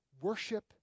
worship